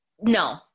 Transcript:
No